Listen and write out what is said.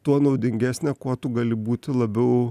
tuo naudingesnė kuo tu gali būti labiau